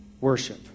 worship